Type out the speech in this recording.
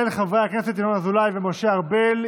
של חברי הכנסת ינון אזולאי ומשה ארבל.